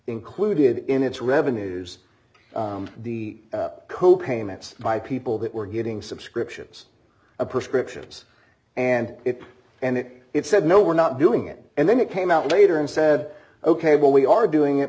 included in its revenues the co payments by people that were getting subscriptions a prescription and it and it it said no we're not doing it and then it came out later and said ok well we are doing it